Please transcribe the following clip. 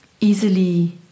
easily